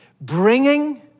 bringing